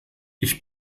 ich